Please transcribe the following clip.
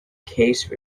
case